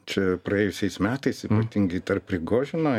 čia praėjusiais metais ypatingai tarp prigožino